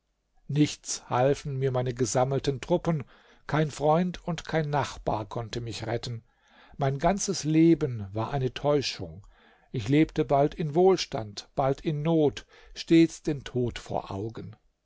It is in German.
nichts halfen mir meine gesammelten truppen kein freund und kein nachbar konnte mich retten mein ganzes leben war eine täuschung ich lebte bald in wohlstand bald in not stets den tod vor augen